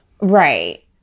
Right